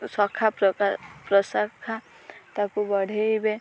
ଶାଖା ପ୍ରଶାଖା ତାକୁ ବଢ଼େଇବେ